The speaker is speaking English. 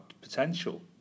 potential